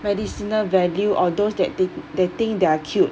medicinal value or those that they they think they're cute